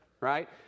Right